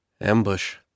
Ambush